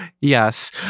yes